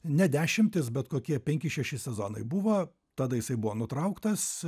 ne dešimtis bet kokie penki šeši sezonai buvo tada jisai buvo nutrauktas